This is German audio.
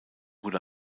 wurde